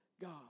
God